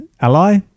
ally